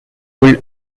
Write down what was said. ruled